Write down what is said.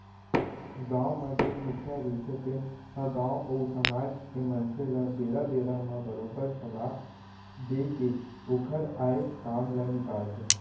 गाँव म जेन मुखिया रहिथे तेन ह गाँव अउ समाज के मनसे ल बेरा बेरा म बरोबर सलाह देय के ओखर आय काम ल निकालथे